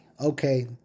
Okay